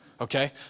okay